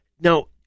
Now